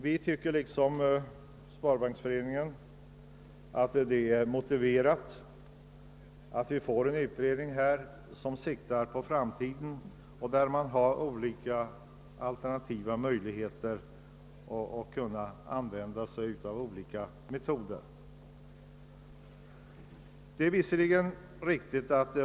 Vi tycker liksom Sparbanksföreningen att det är motiverat att man tillsätter en sådan utredning med uppgift att undersöka alternativa möjligheter till lättnader i nuvarande bestämmelser.